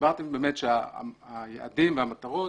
דיברתם באמת שהיעדים והמטרות,